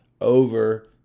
over